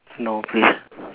no please